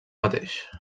mateix